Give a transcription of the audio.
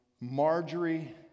Marjorie